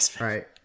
Right